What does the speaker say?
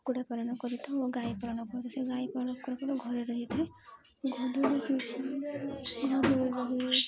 କୁକୁଡ଼ା ପାଳନ କରିଥାଉ ଓ ଗାଈ ପାଳନ କରିଥାଏ ଗାଈ ପାଳନ ଘରେ ରହିଥାଏ ଘର